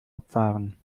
abfahren